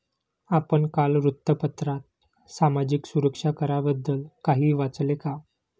आपण काल वृत्तपत्रात सामाजिक सुरक्षा कराबद्दल काही वाचले का?